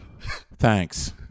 Thanks